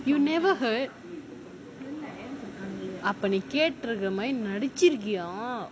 you never heard அப்போ நீ கேட்டு இருக்க மாரி நடிச்சி இருக்கியா:appo nee ketu iruka maari nadichi irukiyaa